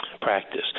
practice